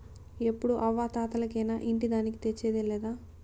ఎప్పుడూ అవ్వా తాతలకేనా ఇంటి దానికి తెచ్చేదా లేదా